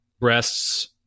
Breasts